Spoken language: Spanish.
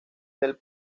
del